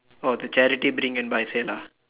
oh the charity bring and buy sale ah